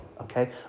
okay